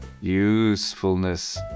Usefulness